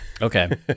Okay